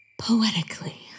poetically